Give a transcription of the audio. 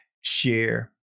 share